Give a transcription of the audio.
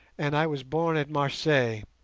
and i was born at marseilles.